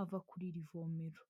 ava kuri iri ivomero.